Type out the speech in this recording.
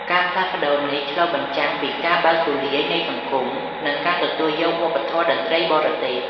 ការផ្លាស់ប្តូរនេះឆ្លុះបញ្ចាំងពីការបើកទូលាយនៃសង្គម និងការទទួលយកវប្បធម៌តន្ត្រីបរទេស។